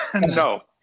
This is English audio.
No